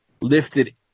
lifted